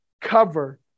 cover